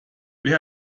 wer